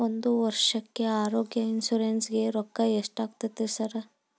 Sir ಒಂದು ವರ್ಷಕ್ಕೆ ಆರೋಗ್ಯ ಇನ್ಶೂರೆನ್ಸ್ ಗೇ ರೊಕ್ಕಾ ಎಷ್ಟಾಗುತ್ತೆ ಸರ್?